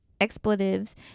expletives